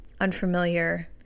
unfamiliar